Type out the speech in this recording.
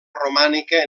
romànica